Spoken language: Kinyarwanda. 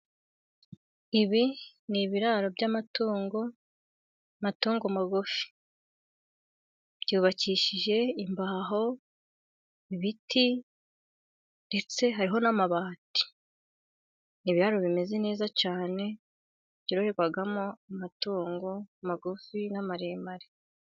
Ibi ni ibiraro by'amatungo, amatungo magufi. Byubakishije imbaho, ibiti ndetse hariho n'amabati. Ibiraro bimeze neza cyane byororerwamo amatungo magufi n'amaremare.